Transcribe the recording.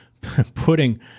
putting